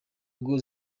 ngo